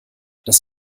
das